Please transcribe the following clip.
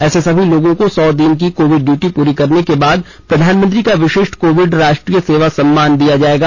ऐसे सभी लोगों को सौ दिन की कोविड ड्यूटी पूरी करने के बाद प्रधानमंत्री का विशिष्ट कोविड राष्ट्रीय सेवा सम्मान दिया जाएगा